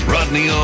Rodney